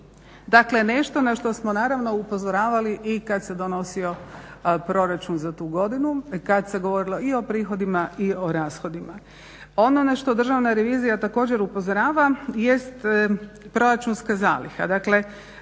Dakle, nešto na što smo naravno upozoravali i kada se donosio proračun za tu godinu, kad se govorilo i o prihodima i o rashodima. Ono na što Državna revizija također upozorava jest proračunska zaliha.